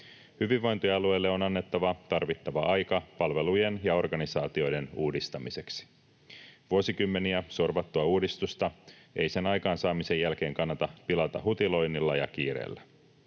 Hyvinvointialueille on annettava tarvittava aika palvelujen ja organisaatioiden uudistamiseksi. Vuosikymmeniä sorvattua uudistusta ei sen aikaansaamisen jälkeen kannata pilata hutiloinnilla ja kiireellä.